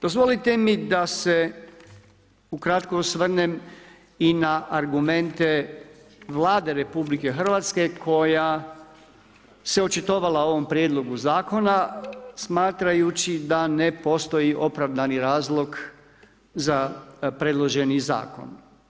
Dozvolite mi da se ukratko osvrnem i na argumente Vlade RH koja se očitovala o ovom prijedlogu zakona smatrajući da ne postoji opravdani razlog za predloženi zakon.